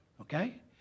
Okay